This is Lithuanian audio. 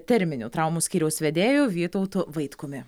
terminių traumų skyriaus vedėju vytautu vaitkumi